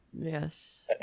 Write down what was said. Yes